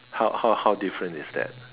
how how how different is that